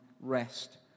rest